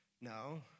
no